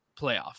playoff